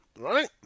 right